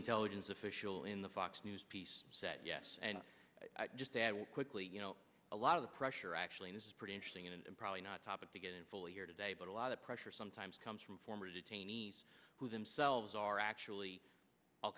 intelligence official in the fox news piece said yes and just quickly you know a lot of the pressure actually is pretty interesting and probably not topic to get in full here today but a lot of pressure sometimes comes from former detainees who themselves are actually al